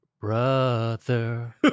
brother